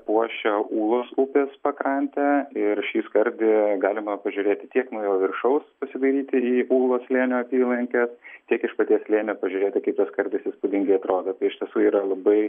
puošia ūlos upės pakrantę ir šį skardį galima pažiūrėti tiek nuo jo viršaus pasidairyti į ūlos slėnio apylinkes tiek iš paties slėnio pažiūrėti kaip tas skardis įspūdingai atrodo tai iš tiesų yra labai